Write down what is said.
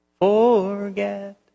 forget